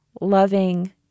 loving